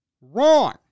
Wrong